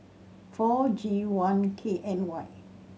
four G one K N Y